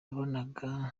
nabonaga